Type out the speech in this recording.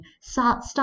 Start